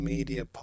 Media